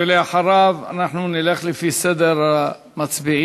ואחריו אנחנו נלך לפי סדר המצביעים.